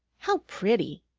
how pretty!